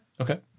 Okay